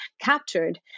captured